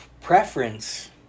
Preference